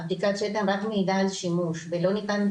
בדיקת השתן רק מעידה על שימוש ולא ניתן,